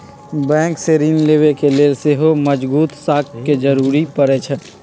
bank से ऋण लेबे के लेल सेहो मजगुत साख के जरूरी परै छइ